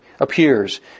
appears